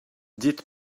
dites